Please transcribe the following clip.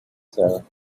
sarah